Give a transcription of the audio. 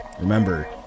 remember